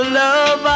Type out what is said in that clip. love